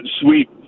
sweep